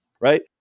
right